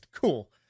Cool